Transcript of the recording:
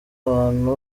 abantu